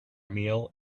meal